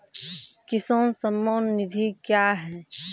किसान सम्मान निधि क्या हैं?